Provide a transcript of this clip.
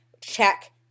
Check